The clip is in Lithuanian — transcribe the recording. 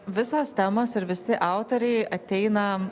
visos temos ir visi autoriai ateina